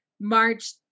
March